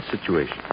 situation